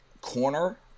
corner